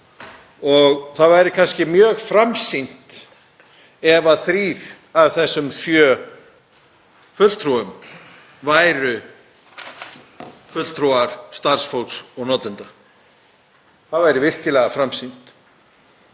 Það væri mjög framsýnt ef þrír af þessum sjö fulltrúum væru fulltrúar starfsfólks og notenda. Það væri virkilega framsýnt.